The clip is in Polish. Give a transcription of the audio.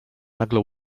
nagle